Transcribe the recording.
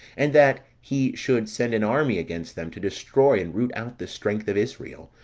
and that he should send an army against them to destroy and root out the strength of israel,